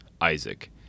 Isaac